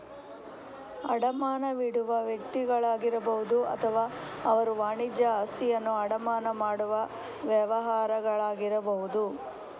ಅಡಮಾನವಿಡುವ ವ್ಯಕ್ತಿಗಳಾಗಿರಬಹುದು ಅಥವಾ ಅವರು ವಾಣಿಜ್ಯ ಆಸ್ತಿಯನ್ನು ಅಡಮಾನ ಮಾಡುವ ವ್ಯವಹಾರಗಳಾಗಿರಬಹುದು